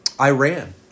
Iran